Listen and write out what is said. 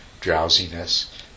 drowsiness